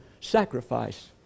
sacrifice